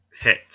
hit